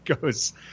goes